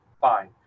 fine